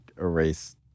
erase